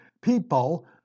people